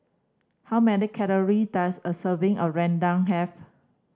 how many calory does a serving a rendang have